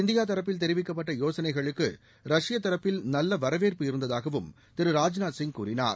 India தரப்பில் தெரிவிக்கப்பட்ட யோசனைகளுக்கு ரஷ்ய தரப்பில் நல்ல வரவேற்பு இருந்ததாகவும் திரு ராஜ்நாத் சிங் கூறினார்